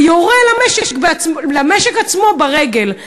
ויורה למשק עצמו ברגל.